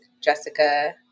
Jessica